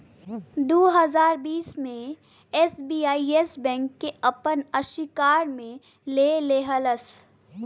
दू हज़ार बीस मे एस.बी.आई येस बैंक के आपन अशिकार मे ले लेहलस